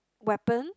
weapons